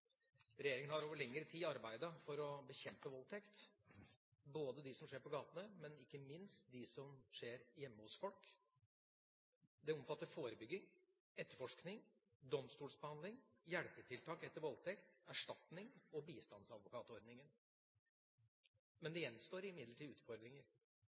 har over lengre tid arbeidet for å bekjempe voldtekt, både de som skjer på gatene, og ikke minst de som skjer hjemme hos folk. Det omfatter forebygging, etterforskning, domstolsbehandling, hjelpetiltak etter voldtekt, erstatning og bistandsadvokatordningen. Det gjenstår imidlertid utfordringer.